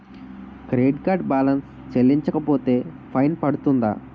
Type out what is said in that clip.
Credit card balance చెల్లించకపోతే fine పడ్తుంద?